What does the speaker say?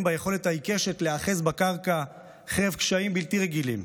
ביכולת העיקשת להיאחז בקרקע חרף קשיים בלתי רגילים.